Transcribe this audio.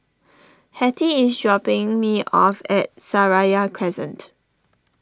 Hattie is dropping me off at Seraya Crescent